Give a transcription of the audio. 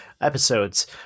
episodes